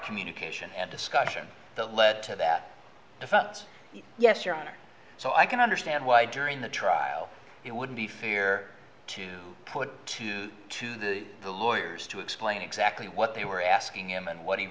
communication and discussion that led to that yes your honor so i can understand why during the trial it would be fair to put to the lawyers to explain exactly what they were asking him and what he